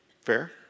Fair